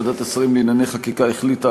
ועדת השרים לענייני חקיקה החליטה,